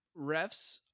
refs